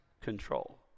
control